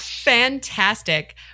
Fantastic